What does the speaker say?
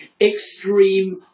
extreme